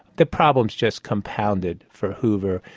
the problems just compounded for hoover.